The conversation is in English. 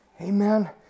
Amen